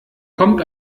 kommt